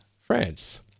france